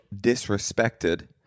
disrespected